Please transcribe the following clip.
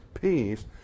peace